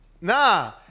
Nah